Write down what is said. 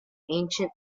ancient